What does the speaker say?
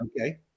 Okay